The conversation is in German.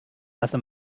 lasse